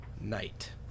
night